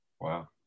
Wow